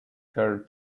her